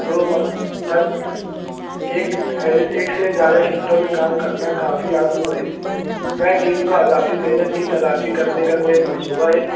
دو ماہ تک ایک ایک سے زیادہ شِفٹوں میں کام کرنا کافی عزم ہے کیا ٹیم کا اضافی محنت کی تلافی کرنے کا کوئی منصوبہ ہے